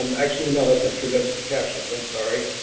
um actually you know that's not true, that's for captions. i'm sorry.